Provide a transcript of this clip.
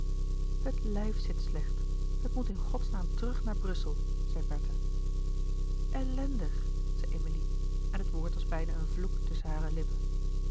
het lijf zit slecht het moet in godsnaam terug naar brussel zei bertha ellèndig zei emilie en het woord was bijna een vloek tusschen hare lippen